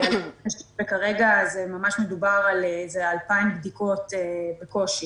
כרגע ממש מדובר באיזה 2,000 בקושי,